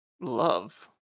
Love